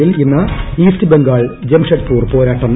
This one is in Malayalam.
എല്ലിൽ ഇന്ന് ഇൌസ്റ്റ് ബംഗാൾ ജംഷഡ്പൂർ പോരാട്ടം